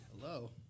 Hello